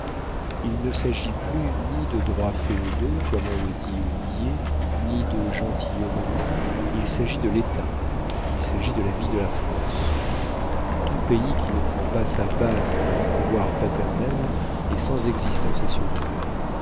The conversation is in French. il ne s'agit plus ni de droits féodaux comme on le dit aux niais ni de gentilhommerie il s'agit de l'état il s'agit de la vie de la france tout pays qui ne prend pas sa base dans le pouvoir paternel est sans existence assurée